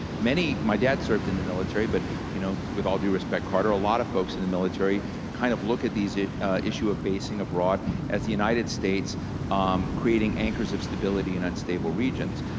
my dad served in the military, but you know with all due respect, carter, a lot of folks in the military kind of look at these issue of basing abroad as the united states um creating anchors of stability in unstable regions,